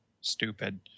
stupid